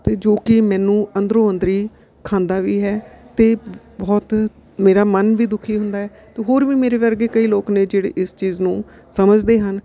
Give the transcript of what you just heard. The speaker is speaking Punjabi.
ਅਤੇ ਜੋ ਕਿ ਮੈਨੂੰ ਅੰਦਰੋਂ ਅੰਦਰੀ ਖਾਂਦਾ ਵੀ ਹੈ ਅਤੇ ਬਹੁਤ ਮੇਰਾ ਮਨ ਵੀ ਦੁਖੀ ਹੁੰਦਾ ਅਤੇ ਹੋਰ ਵੀ ਮੇਰੇ ਵਰਗੇ ਕਈ ਲੋਕ ਨੇ ਜਿਹੜੇ ਇਸ ਚੀਜ਼ ਨੂੰ ਸਮਝਦੇ ਹਨ